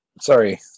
Sorry